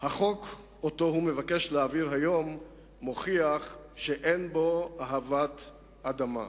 החוק שאותו הוא מבקש להעביר היום מוכיח שאין בו אהבת אדמה.